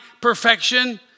perfection